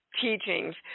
Teachings